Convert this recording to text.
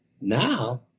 now